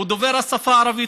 הוא דובר השפה הערבית,